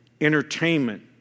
entertainment